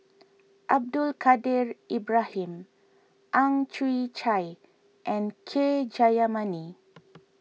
Abdul Kadir Ibrahim Ang Chwee Chai and K Jayamani